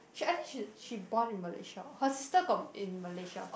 she I think she she born in Malaysia her sister got in Malaysia